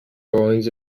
drawings